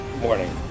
Morning